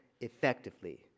effectively